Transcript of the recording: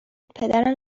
پدرم